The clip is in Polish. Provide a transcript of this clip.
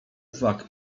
uwag